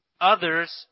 others